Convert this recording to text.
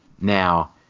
Now